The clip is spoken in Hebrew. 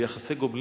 ביחסי גומלין,